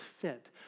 fit